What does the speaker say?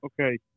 Okay